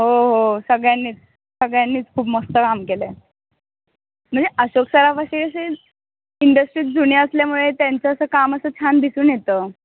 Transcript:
हो हो सगळ्यांनीच सगळ्यांनीच खूप मस्त काम केलं आहे म्हणजे अशोक सराफ असे असे इंडस्ट्रीत जुने असल्यामुळे त्यांचं असं काम असं छान दिसून येतं